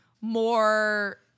more